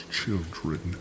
children